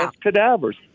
cadavers